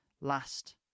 last